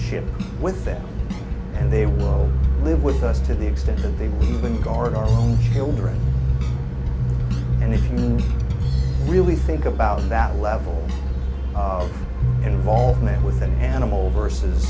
chip with them and they will live with us to the extent that they will even guard our own children and if you really think about it that level of involvement with an animal versus